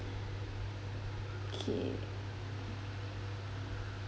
okay